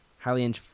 highly